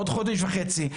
עוד חודש וחצי,